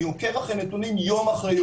אני עוקב נתונים יום אחרי יום.